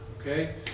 okay